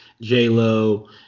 J-Lo